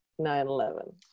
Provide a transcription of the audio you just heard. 9-11